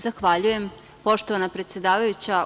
Zahvaljujem poštovana predsedavajuća.